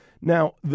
Now